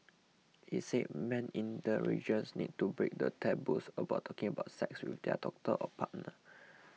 he said men in the regions need to break the taboos about talking about sex with their doctor or partner